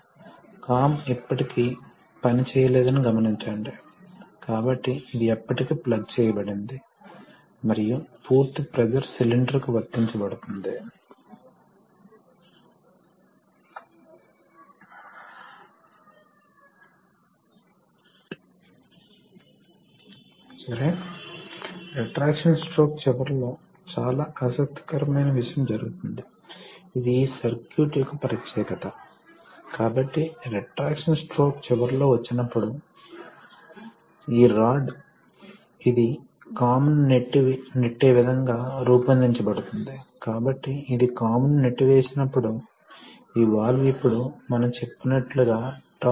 ఇప్పుడు పంపును ఎవరు నడుపుతారు పంపు స్వయంగా ఎనర్జీ ని ఉత్పత్తి చేయదు కాబట్టి పంపు వేరే మార్గాల ద్వారా మళ్ళీ ఉత్పత్తి చేయవలసి ఉంటుంది కొన్నిసార్లు ఇది ఎలక్ట్రిక్ మోటారు ఇది హైడ్రాలిక్ పంపును నడుపుతుంది కొన్నిసార్లు ముఖ్యంగాఏరోస్పేస్ అప్లికేషన్స్ లో హైడ్రాలిక్స్ చాలా ఉపయోగించబడుతుంది కొన్నిసార్లు మీరు ఇంజిన్తో పాటు నా ఉద్దేశ్యం కొన్ని గ్యాస్ ఇంజిన్ బ్లీడ్ చేసి ఆపై పంపును కదిలించే ప్రత్యేక రకం మోటారును అమలు చేయవచ్చు